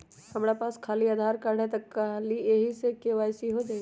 हमरा पास खाली आधार कार्ड है, का ख़ाली यही से के.वाई.सी हो जाइ?